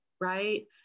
right